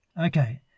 Okay